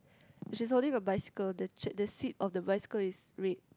she is holding a bicycle the ch~ the seat of the bicycle is red